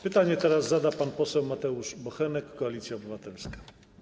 Pytanie teraz zada pan poseł Mateusz Bochenek, Koalicja Obywatelska.